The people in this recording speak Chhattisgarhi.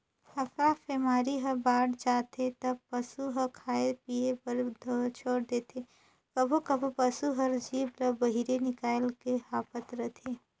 अफरा बेमारी ह बाड़ जाथे त पसू ह खाए पिए बर छोर देथे, कभों कभों पसू हर जीभ ल बहिरे निकायल के हांफत रथे